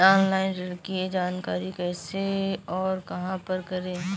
Online ऋण की जानकारी कैसे और कहां पर करें?